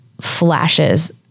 flashes